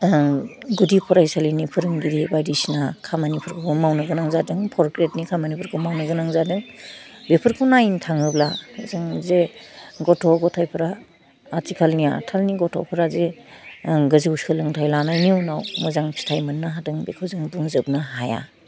ओहों गुदि फरायसालिनि फोरोंगिरि बायदिसिना खामानिफोरखौ मावनो गोनां जादों पर ग्रेदनि खामानिखौ मावनो गोनां जादों बेफोरखौ नाइनो थाङोब्ला जोंजे गथ' गथाइफ्रा आथिखालनि आथालनि गथ'फ्रा जे ओं गोजौ सोलोंथाइ लानाइनि उनाव मोजां फिथाइ मोन्नो हादों बेखौ जों बुंजोबनो हाया